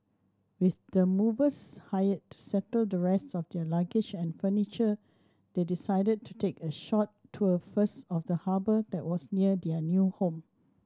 with the movers hired to settle the rest of their luggage and furniture they decided to take a short tour first of the harbour that was near their new home